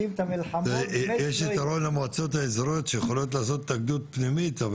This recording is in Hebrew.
יש יתרון למועצות האזוריות שיכולות לעשות התאגדות פנימית,